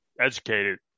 educated